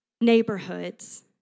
neighborhoods